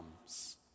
comes